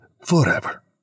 forever